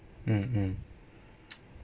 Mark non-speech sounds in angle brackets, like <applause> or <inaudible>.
mm mm <noise>